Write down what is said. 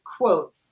quote